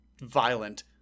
violent